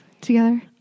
together